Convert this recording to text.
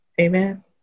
Amen